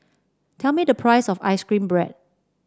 tell me the price of ice cream bread